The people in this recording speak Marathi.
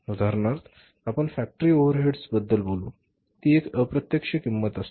उदाहरणार्थ आपण फॅक्टरी ओव्हरहे ड्सबद्दल बोलु ती एक अप्रत्यक्ष किंमत असते